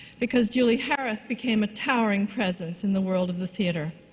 because julie harris became a towering presence in the world of the theatre.